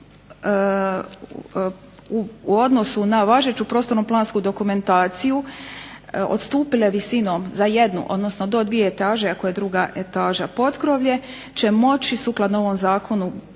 u odnosu na važeću prostorno-plansku dokumentaciju odstupile visinom za jednu, odnosno do dvije etaže ako je druga etaža potkrovlje će moći sukladno ovom zakonu